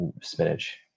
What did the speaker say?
spinach